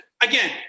Again